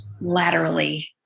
laterally